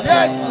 Yes